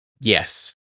yes